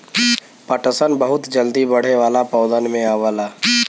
पटसन बहुत जल्दी बढ़े वाला पौधन में आवला